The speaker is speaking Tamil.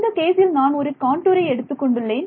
இந்த கேசில் நான் ஒரு காண்டூரை எடுத்துக் கொண்டுள்ளேன்